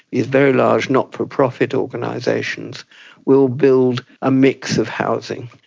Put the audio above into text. these very large not-for-profit organisations will build a mix of housing.